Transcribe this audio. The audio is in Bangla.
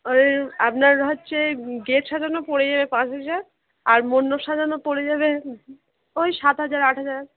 ওই আপনার হচ্ছে গেট সাজানো পড়ে যাবে পাঁচ হাজার আর মণ্ডপ সাজানো পড়ে যাবে ওই সাত হাজার আট হাজার